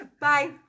Bye